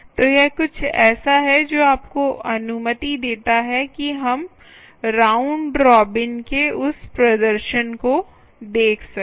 तो यह कुछ ऐसा है जो आपको अनुमति देता है कि हम राउंड रॉबिन के उस प्रदर्शन को देख सकें